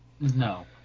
No